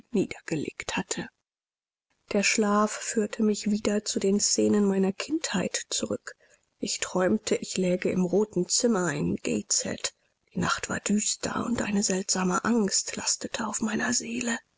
niedergelegt hatte der schlaf führte mich wieder zu den scenen meiner kindheit zurück mir träumte ich läge im roten zimmer in gateshead die nacht war düster und eine seltsame angst lastete auf meiner seele